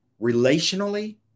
relationally